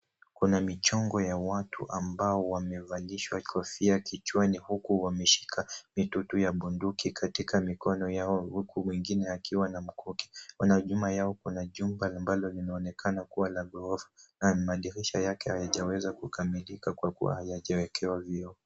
Kuna michongo ya watu ambao wamevalishwa kofia kichwani huku wameshika mitutu ya bunduki katika mikono yao huku wengine wakiwa na mikuki. Nyuma yao kuna jumba ambalo linaonekana kuwa la ghorofa na madirisha yake hayajaweza kukamilika kwa kuwa hayajawekewa vioo.